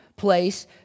place